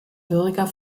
bürger